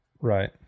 Right